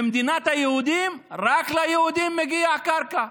במדינת היהודים רק ליהודים מגיע קרקע.